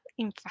infatti